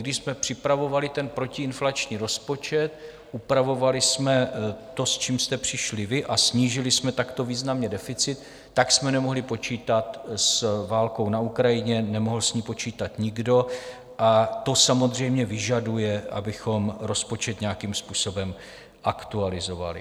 Když jsme připravovali ten protiinflační rozpočet, upravovali jsme to, s čím jste přišli vy, a snížili jsme takto významně deficit, tak jsme nemohli počítat s válkou na Ukrajině, nemohl s ní počítat nikdo, a to samozřejmě vyžaduje, abychom rozpočet nějakým způsobem aktualizovali.